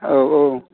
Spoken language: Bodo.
औ औ